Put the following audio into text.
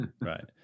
Right